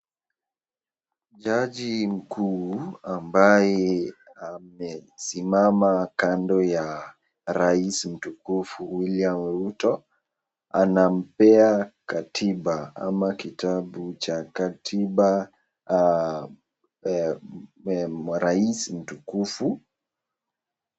Jaji mkuu ambaye amesimama kando ya rais mtukufu William Ruto, anampea katiba ama kitabu cha katiba rais mtukufu.